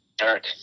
Eric